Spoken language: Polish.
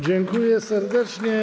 Dziękuję serdecznie.